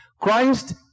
Christ